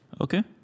Okay